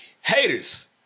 Haters